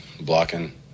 blocking